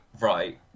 right